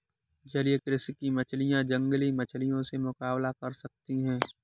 जलीय कृषि की मछलियां जंगली मछलियों से मुकाबला कर सकती हैं